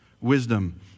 wisdom